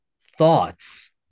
thoughts